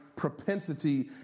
propensity